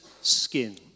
skin